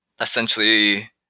essentially